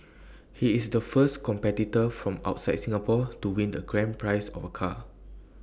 he is the first competitor from outside Singapore to win the grand prize of A car